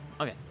Okay